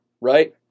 right